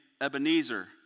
Ebenezer